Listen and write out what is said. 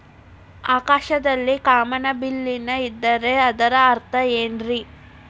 ಆಕಾಶದಲ್ಲಿ ಕಾಮನಬಿಲ್ಲಿನ ಇದ್ದರೆ ಅದರ ಅರ್ಥ ಏನ್ ರಿ?